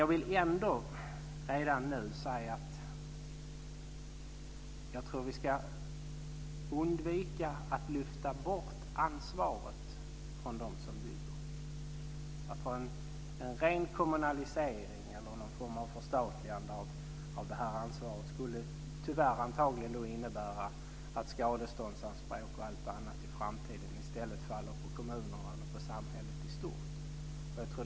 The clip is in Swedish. Jag vill ändå redan nu säga att vi ska undvika att lyfta bort ansvaret från dem som bygger. En ren kommunaliseringen eller någon form av förstatligande av ansvaret skulle tyvärr antagligen innebära att skadeståndsanspråk och allt annat i framtiden i stället faller på kommunerna eller på samhället i stort.